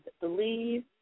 Believe